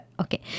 Okay